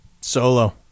Solo